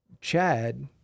Chad